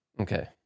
okay